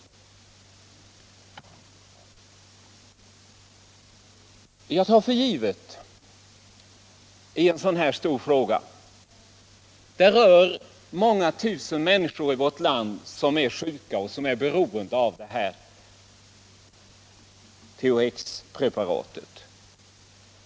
Denna stora fråga berör många tusen människor i vårt land som är sjuka och beroende av THX-preparatet.